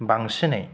बांसिनै